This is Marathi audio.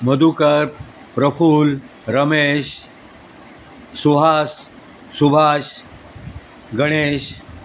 मधुकर प्रफुल रमेश सुहास सुभाष गणेश